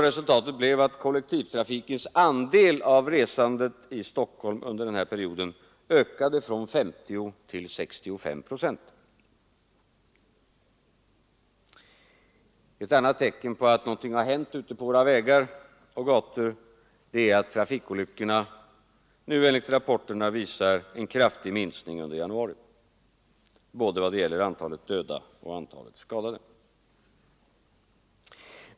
Resultatet blev att kollektivtrafikens andel av resande i Stockholm under denna period ökade från 50 till 65 procent. Ett annat tecken på att något har hänt ute på våra vägar och gator är att trafikolyckorna nu enligt rapporterna visar en kraftig minskning under januari månad vad gäller antalet döda och antalet skadade.